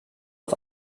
auf